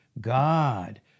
God